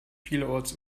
vielerorts